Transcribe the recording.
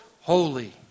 holy